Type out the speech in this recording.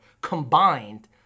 combined